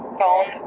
phone